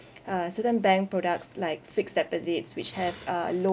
uh certain bank products like fixed deposits which have uh low